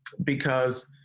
because.